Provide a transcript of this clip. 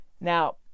Now